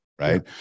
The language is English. right